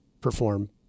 perform